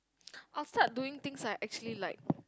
I'll start doing things like actually like